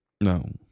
No